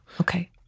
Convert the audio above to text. Okay